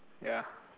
ya